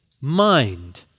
mind